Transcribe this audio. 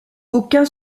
aucun